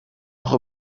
auch